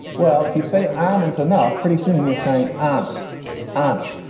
well, if you say arment enough, pretty soon you're saying aren't aren't.